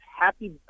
happy